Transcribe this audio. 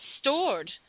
stored